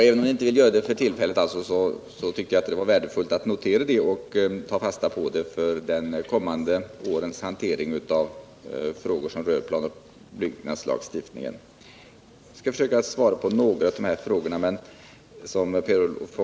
Även om ni inte vill göra det för tillfället tycker jag det ändå var värdefullt att notera och ta fasta på det för de kommande årens hantering av frågor som rör planoch byggnadslagstiftningen. Jag skali försöka svara på några av Per Olof Håkanssons frågor.